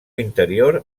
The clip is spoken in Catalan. interior